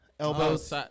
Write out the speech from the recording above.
Elbows